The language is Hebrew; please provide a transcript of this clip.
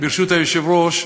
ברשות היושב-ראש,